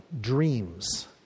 dreams